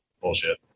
bullshit